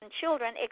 children